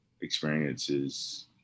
experiences